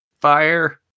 fire